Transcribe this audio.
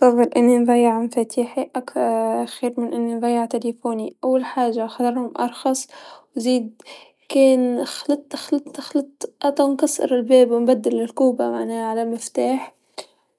ما بختار أفجد لا هاتفي ولا مفاتيحي، هذا معناه أصلا إني شخص مو بمركز، مو مصحصح لحاله كيف تظيع مفاتيحي أظيع الجوال تبعي ،لا هذا ولا هذا